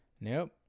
Nope